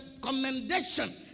commendation